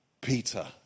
Peter